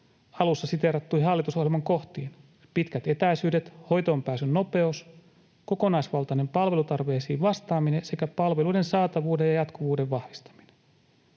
alussa siteerattuihin hallitusohjelman kohtiin: pitkät etäisyydet, hoitoonpääsyn nopeus, kokonaisvaltainen palvelutarpeisiin vastaaminen sekä palveluiden saatavuuden ja jatkuvuuden vahvistaminen.